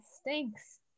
stinks